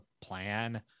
plan